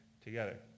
Together